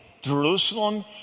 Jerusalem